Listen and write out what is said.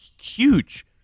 huge